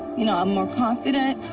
you know, i'm more confident,